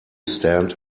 stand